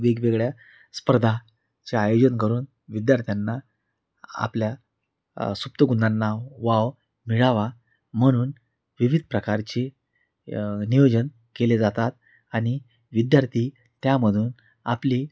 वेगवेगळ्या स्पर्धाचे आयोजन करून विद्यार्थ्यांना आपल्या सुुप्तगुणांना वाव मिळावा म्हणून विविध प्रकारचे नियोजन केले जातात आणि विद्यार्थी त्यामधून आपली